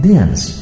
Dance